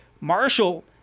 Marshall